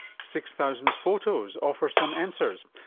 six thousand photos offer some answers.